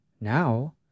Now